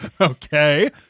Okay